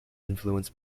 influenced